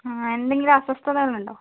ആ എന്തെങ്കിലും അസ്വസ്ഥതകളുണ്ടോ